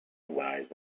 wise